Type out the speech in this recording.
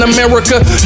America